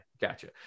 gotcha